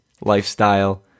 lifestyle